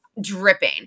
dripping